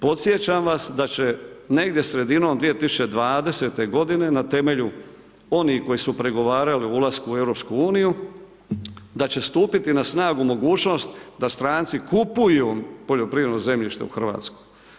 Podsjećam vas da će negdje sredinom 2020. godine na temelju onih koji su pregovarali o ulasku u EU da će stupiti na snagu mogućnost da stranci kupuju poljoprivredno zemljište u Hrvatskoj.